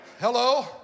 Hello